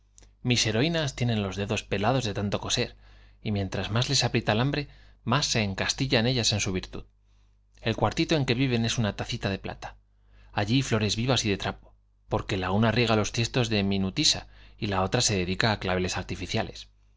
mozas heroínas tienen los dedos pelados de tanto coser y mientras más les aprieta el hambre más se encas tillan ellas en su virtud el cuartito en que viven es una tacita de plata allí flores vivas y de trapo porque la los tiestos de minutisa y la otra s e dedica una riega á claveles artificiale